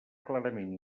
clarament